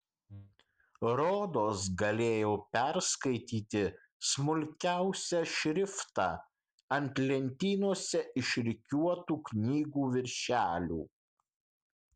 rodos galėjau perskaityti smulkiausią šriftą ant lentynose išrikiuotų knygų viršelių